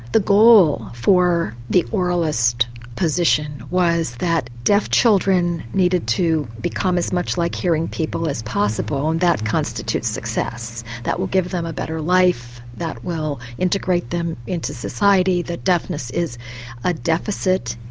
the goal for the oralist position was that deaf children needed to become as much like hearing people as possible and that constitutes success. that will give them a better life, that will integrate them into society, that deafness is a deficit,